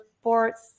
sports